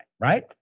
right